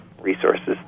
resources